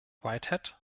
whitehead